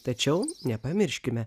tačiau nepamirškime